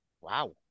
Wow